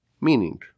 Meaning